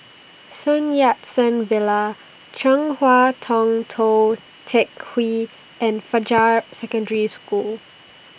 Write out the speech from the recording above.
Sun Yat Sen Villa Chong Hua Tong Tou Teck Hwee and Fajar Secondary School